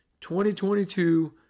2022